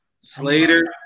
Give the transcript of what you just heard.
Slater